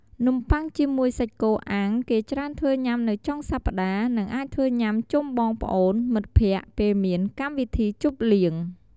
នំប័ុងជាមួយសាច់គោអាំងគេច្រើនធ្វើញុាំនៅចុងសប្ដាហ៍និងអាចធ្វើញុាំជុំបងប្អូន មិត្តភក្តិពេលមានកម្មវិធីជប់លៀង។